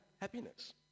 happiness